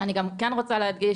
אני גם רוצה להדגיש,